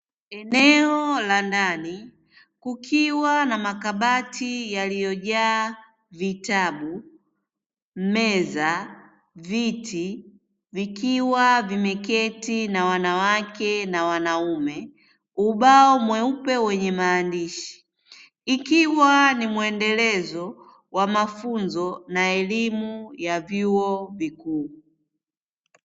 Eneo la ndani kukiwa na makabati yaliyojaa vitabu, meza, viti vikiwa vimeketi na wanawake na wanaume, ubao mweupe wenye maandishi ikiwa ni muendelezo wa mafunzo na elimu ya vyuo vikuu.